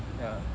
ya